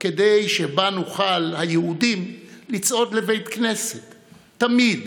כדי שבה נוכל, היהודים, לצעוד לבית כנסת תמיד,